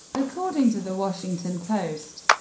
according to the washington post,